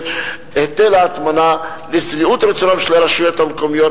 היטל ההטמנה לשביעות רצונן של הרשויות המקומיות,